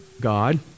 God